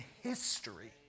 history